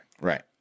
Right